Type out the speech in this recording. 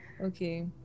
Okay